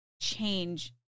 change